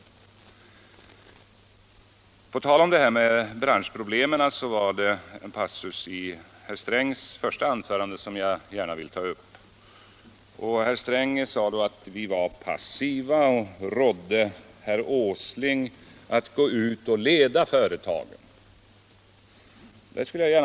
På tal om detta med branschproblemen var det en passus i herr Strängs första anförande som jag gärna vill ta upp. Herr Sträng sade att vi var passiva och rådde herr Åsling att gå ut och leda företagen.